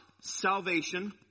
salvation